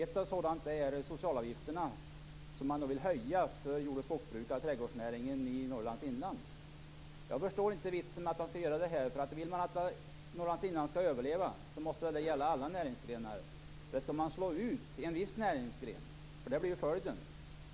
Ett sådant förslag är att man vill höja socialavgifterna för jord och skogsbruk och trädgårdsnäring i Norrlands inland. Jag förstår inte vitsen med att göra detta. Om man vill att Norrlands inland skall överleva måste det väl gälla alla näringsgrenar. Eller skall man slå ut en viss näringsgren? Det blir ju följden.